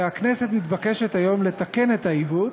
והכנסת מתבקשת היום לתקן את העיוות,